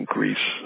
Greece